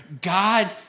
God